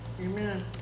Amen